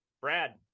Brad